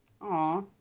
Aw